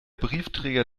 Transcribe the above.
briefträger